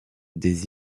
des